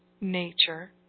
nature